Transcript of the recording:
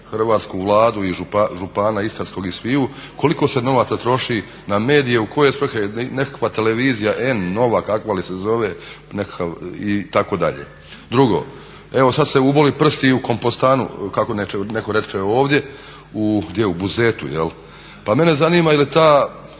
hrvatsku Vladu i župana istarskog i sviju koliko se novaca troši na medije, u koje svrhe, nekakva televizija N nova kakva li se zove itd. Drugo, evo sad ste uboli prst i u kompostanu kako netko reče ovdje, u gdje u Buzetu. Pa mene zanima je li ta